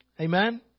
Amen